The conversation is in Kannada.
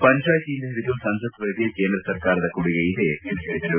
ಪಂಚಾಯಿತಿಯಿಂದ ಹಿಡಿದು ಸಂಸತ್ವರೆಗೂ ಕೇಂದ್ರ ಸರ್ಕಾರದ ಕೊಡುಗೆ ಇದೆ ಎಂದು ಹೇಳಿದರು